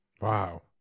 Wow